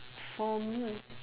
for me